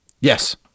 Yes